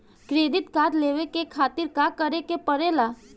Credit card लेवे के खातिर का करेके पड़ेला?